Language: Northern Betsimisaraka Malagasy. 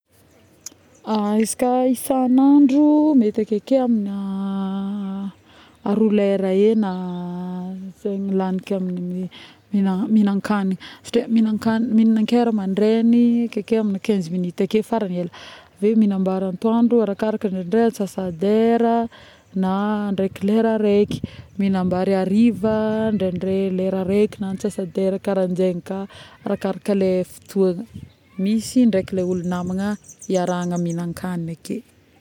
Izy ka isagn'andro mety akeke amina roa lera na˂hesitation˃ zay lagniko aminy mignan-kagniny satria migna-kagniny mignan-kera mandraigny akeke amin'ny quinze minutes ake faragny ela, ave mignam-bary atoandro arakaraka indraindray antsasa-dera na ndraiky lera raiky mignam-bary hariva indraindray lera araiky na antsa-dera karan-jegny ka arakaraka le fotôgna, le misy ndraiky le olo namagna iarahana mignan-kagniny ake